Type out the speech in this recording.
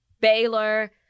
Baylor